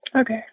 Okay